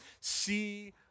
see